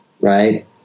right